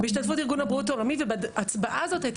בהשתתפות ארגון הבריאות העולמית וההצבעה הזאת הייתה